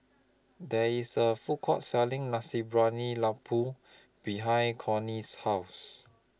There IS A Food Court Selling Nasi Briyani Lembu behind Cortney's House